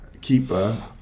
keeper